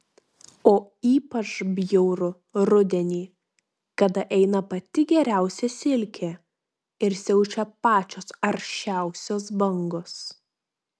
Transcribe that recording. o ypač bjauru rudenį kada eina pati geriausia silkė ir siaučia pačios aršiausios bangos